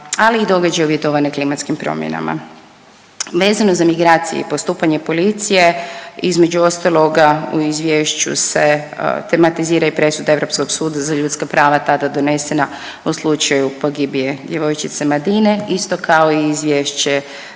ali i događaje uvjetovane klimatskim promjenama. Vezano za migracije i postupanje policije između ostaloga u izvješću se tematizira i presuda Europskog suda za ljudska prava tada donesena u slučaju pogibije djevojčice Madine isto kao i izvješće